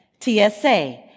TSA